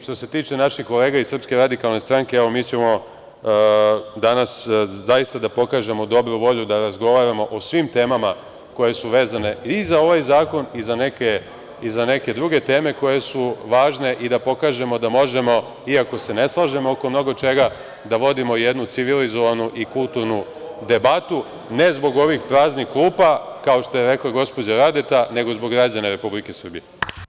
Što se tiče naših kolega iz SRS, evo, mi ćemo danas zaista da pokažemo dobru volju da razgovaramo o svim temama koje su vezane i za ovaj zakon i za neke druge teme koje su važne i da pokažemo da možemo, iako se ne slažemo oko mnogo čega, da vodimo jednu civilizovanu i kulturnu debatu, ne zbog ovih praznih klupa, kao što je rekla gospođa Radeta, nego zbog građana Republike Srbije.